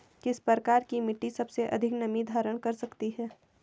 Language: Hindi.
किस प्रकार की मिट्टी सबसे अधिक नमी धारण कर सकती है?